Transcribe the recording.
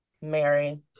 mary